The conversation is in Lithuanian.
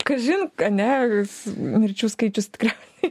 kažin ane mirčių skaičius tikriausiai